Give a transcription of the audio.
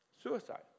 Suicide